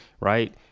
right